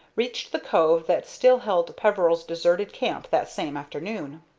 reached the cove that still held peveril's deserted camp that same afternoon.